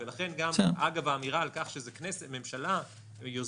ולכן גם אמירה על כך שזה ממשלה שיוזמת